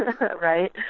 Right